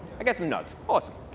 i got some nods. awesome.